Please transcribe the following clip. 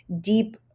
deep